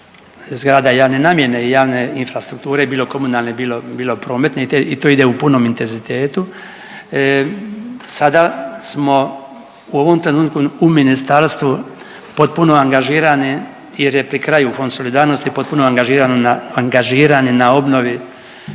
zgrada javne namjene i javne infrastrukture bilo komunalne, bilo prometne i to ide u punom intenzitetu sada smo u ovom trenutku u ministarstvu potpuno angažirani jer je pri kraju Fond solidarnosti potpuno angažirani na obnovi